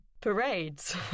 Parades